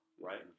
right